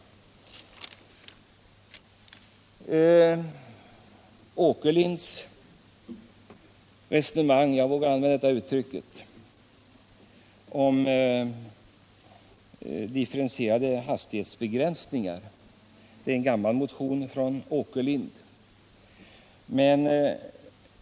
Herr Åkerlinds resonemang — jag vågar använda det uttrycket — om differentierade hastighetsgränser grundar sig på ett gammalt motionskrav från herr Åkerlind.